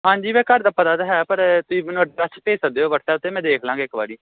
ਹਾਂਜੀ ਵੈ ਘਰ ਦਾ ਪਤਾ ਤਾਂ ਹੈ ਪਰ ਤੁਸੀਂ ਮੈਨੂੰ ਅਡਰੈਸ ਭੇਜ ਸਕਦੇ ਹੋ ਵੱਟਸਐੱਪ 'ਤੇ ਮੈਂ ਦੇਖ ਲਵਾਂਗਾ ਇੱਕ ਵਾਰੀ